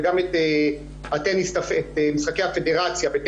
וגם את משחקי הפדרציה.